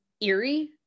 eerie